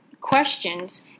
questions